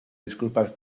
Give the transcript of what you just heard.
disculpas